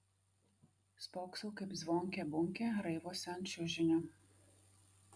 spoksau kaip zvonkė bunkė raivosi ant čiužinio